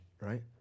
right